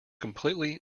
completely